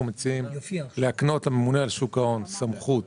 מציעים להקנות לממונה על שוק ההון סמכות